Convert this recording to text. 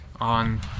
on